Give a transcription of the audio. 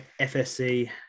FSC